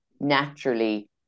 naturally